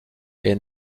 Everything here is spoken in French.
est